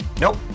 Nope